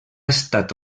estat